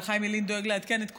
אבל חיים ילין דואג לעדכן את כולנו.